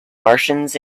martians